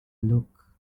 look